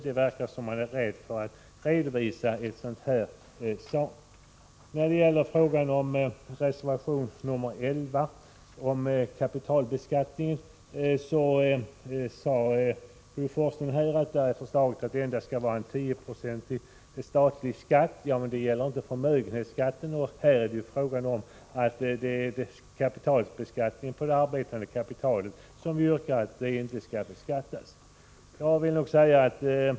Det verkar som om man är rädd för att redovisa en sådan sak. Förslaget i reservation 11, om kapitalbeskattningen, sade Bo Forslund gällde att den statliga skatten skulle vara endast 10 96. Men det gäller inte förmögenhetsskatten. Det är det arbetande kapitalet som vi inte vill beskatta.